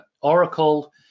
Oracle